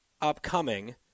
upcoming